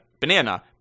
banana